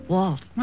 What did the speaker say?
Walt